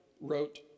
wrote